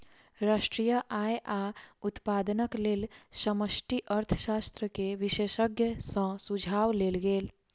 राष्ट्रीय आय आ उत्पादनक लेल समष्टि अर्थशास्त्र के विशेषज्ञ सॅ सुझाव लेल गेल